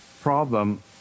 problem